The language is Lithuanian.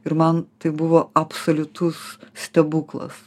ir man tai buvo absoliutus stebuklas